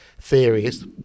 theories